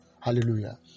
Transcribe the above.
Hallelujah